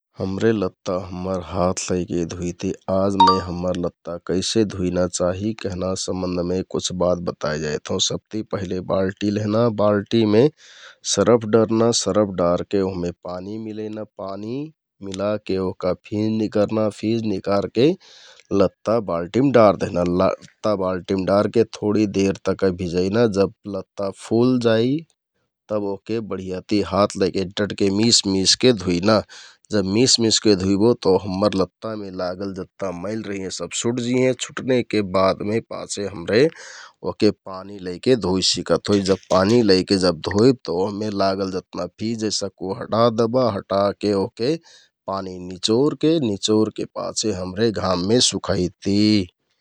हमरे लत्ता हम्मर हाथ लैके धुइति आउ मै हम्मर लत्ता कैसे धुइना चाहि कहना सम्बन्धममे कुछ बात बताइ जाइत हौं । सबति पहिले बाल्टि लेहना, बाल्टिमे सरफ डरना, सरफ डारके ओहमे पानी मिलैना, पानी मिलाके ओहका फिंज निकरना, फिंज निकारके लत्ता बाल्टिमे डार दहना, लत्ता बाल्टिम डारके थोरि देर तक्का भिजैना । जब लत्ता फुलजाइ तब ओहके बढियाति हाथ लैके डटके मिसमिसके धुइना जब मिसमिसके धुइबो तौ हम्मर लत्तामे लागल जत्ता मैल रिहें छुटनेके बादमे पाछे हमरे ओहके पानी लैके धोइ सिकत होइ । जब पानी लेके धोइब तौ ओहमे लागल जतना फिंज हे सक्कु उ हटा दहबा, हटाके ओहके पानी निँचोरके, निँचोरके पाछे हमरे घाममे सुखैति ।